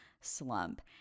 slump